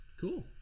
cool